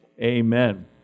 Amen